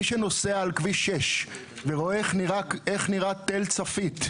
שנוסע בכביש 6 ורואה איך נראה תל צפית,